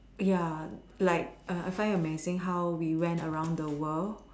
ya like I find it amazing how we went around the world